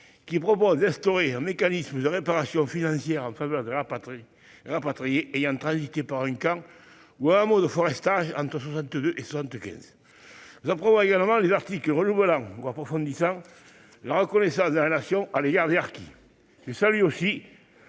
loi, lequel institue un mécanisme de réparation financière en faveur des rapatriés ayant transité par un camp ou par un hameau de forestage entre 1962 et 1975. Nous approuvons également les articles renouvelant ou approfondissant la reconnaissance de la Nation à l'égard des harkis.